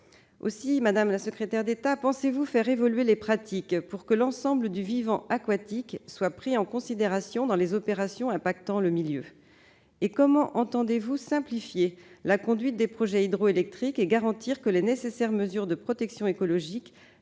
Madame la secrétaire d'État, pensez-vous faire évoluer les pratiques pour que l'ensemble du vivant aquatique soit pris en considération dans les opérations affectant le milieu ? Comment entendez-vous simplifier la conduite des projets hydroélectriques et garantir que les nécessaires mesures de protection écologique